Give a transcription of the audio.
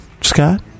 Scott